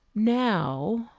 now,